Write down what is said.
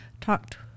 talked